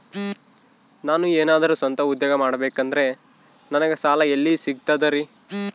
ನಾನು ಏನಾದರೂ ಸ್ವಂತ ಉದ್ಯೋಗ ಮಾಡಬೇಕಂದರೆ ನನಗ ಸಾಲ ಎಲ್ಲಿ ಸಿಗ್ತದರಿ?